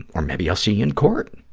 or maybe i'll see you in court.